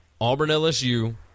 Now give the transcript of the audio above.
Auburn-LSU